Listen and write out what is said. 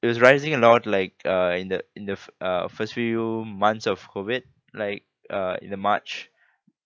it was rising a lot like uh in the in the uh first few months of COVID like uh in the march